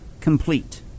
complete